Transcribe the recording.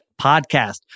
podcast